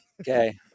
Okay